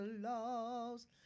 lost